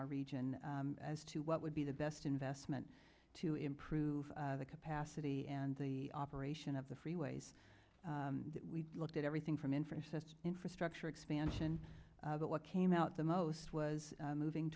our region as to what would be the best investment to improve the capacity and the operation of the freeways that we looked at everything from inference tests infrastructure expansion but what came out the most was moving